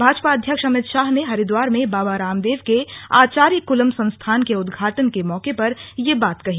भाजपा अध्यक्ष अमित शाह ने हरिद्वार में बाबा रामदेव के आचार्य कुलम संस्थान के उदघाटन के मौके पर ये बात कही